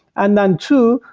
and then two,